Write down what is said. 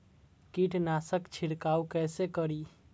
कीट नाशक छीरकाउ केसे करी?